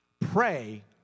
Pray